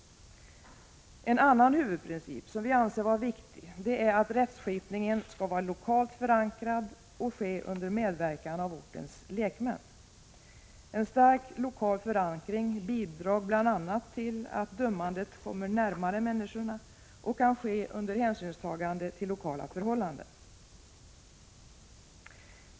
En annan huvudprincip som vi anser vara viktig är att rättskipningen skall vara lokalt förankrad och ske under medverkan av ortens lekmän. En stark lokal förankring bidrar bl.a. till att dömandet kommer närmare människorna och kan ske under hänsynstagande till lokala förhållanden.